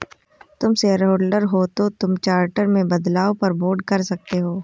तुम शेयरहोल्डर हो तो तुम चार्टर में बदलाव पर वोट कर सकते हो